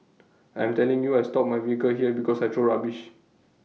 I am telling you I stop my vehicle here because I throw rubbish